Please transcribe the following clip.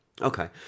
Okay